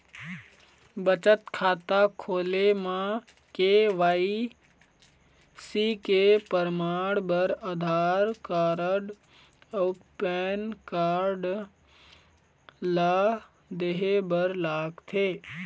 बचत खाता खोले म के.वाइ.सी के परमाण बर आधार कार्ड अउ पैन कार्ड ला देहे बर लागथे